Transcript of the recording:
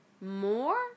more